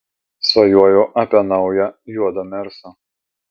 svajoju apie naują juodą mersą